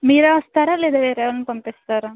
మీరే వస్తారా లేదా వేరే వాళ్ళను పంపిస్తారా